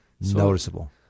noticeable